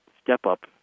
step-up